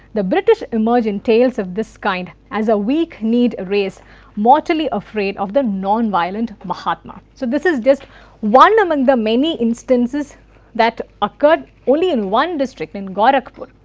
the british emerging tales of this kind has a weak need race mortally afraid of the non-violent mahatma. so this is just one among the many instances that occurred only in one district, in gwarakpur.